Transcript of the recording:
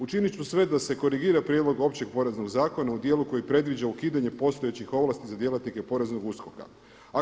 Učiniti ću sve da se korigira Prijedlog općeg poreznog zakona u dijelu koji predviđa ukidanje postojećih ovlasti za djelatnike poreznog USKOK-a.